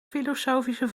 filosofische